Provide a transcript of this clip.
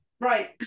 Right